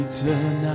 turn